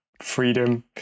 freedom